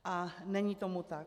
A není tomu tak.